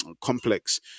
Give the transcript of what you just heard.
complex